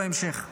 בהמשך.